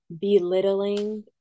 belittling